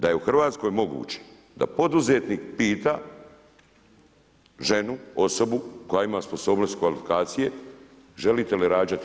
Da je u Hrvatskoj moguće da poduzetnik pita ženu osobu koja ima sposobnost kvalifikacije želite li rađati.